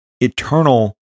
eternal